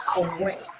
away